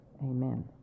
Amen